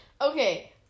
Okay